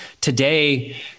Today